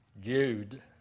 Jude